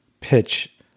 pitch